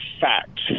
fact